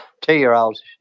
two-year-olds